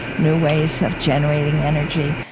new ways of generating energy,